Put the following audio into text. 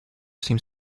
seems